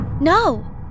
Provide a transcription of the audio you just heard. No